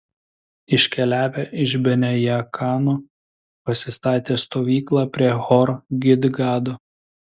iškeliavę iš bene jaakano pasistatė stovyklą prie hor gidgado